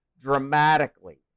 dramatically